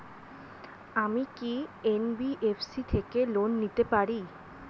আমি কি এন.বি.এফ.সি থেকে লোন নিতে পারি?